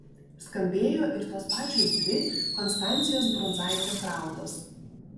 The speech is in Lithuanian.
skambėjo ir tos pačios dvi konstancijos brundzaitės raudos